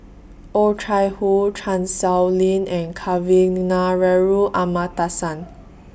Oh Chai Hoo Chan Sow Lin and Kavignareru Amallathasan